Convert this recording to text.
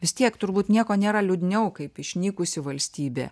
vis tiek turbūt nieko nėra liūdniau kaip išnykusi valstybė